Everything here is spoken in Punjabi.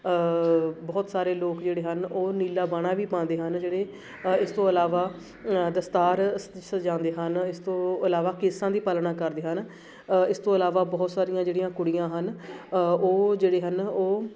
ਬਹੁਤ ਸਾਰੇ ਲੋਕ ਜਿਹੜੇ ਹਨ ਉਹ ਨੀਲਾ ਬਾਣਾ ਵੀ ਪਾਉਂਦੇ ਹਨ ਜਿਹੜੇ ਇਸ ਤੋਂ ਇਲਾਵਾ ਦਸਤਾਰ ਸ ਸਜਾਉਂਦੇ ਹਨ ਇਸ ਤੋਂ ਇਲਾਵਾ ਕੇਸਾਂ ਦੀ ਪਾਲਣਾ ਕਰਦੇ ਹਨ ਇਸ ਤੋਂ ਇਲਾਵਾ ਬਹੁਤ ਸਾਰੀਆਂ ਜਿਹੜੀਆਂ ਕੁੜੀਆਂ ਹਨ ਉਹ ਜਿਹੜੇ ਹਨ ਉਹ